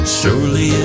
surely